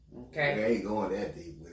Okay